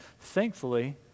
thankfully